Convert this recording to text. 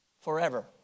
forever